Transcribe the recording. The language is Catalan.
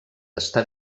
està